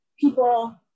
people